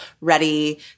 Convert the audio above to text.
ready